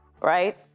Right